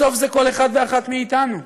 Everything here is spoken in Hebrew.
בסוף זה כל אחד ואחת מאתנו.